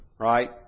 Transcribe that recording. Right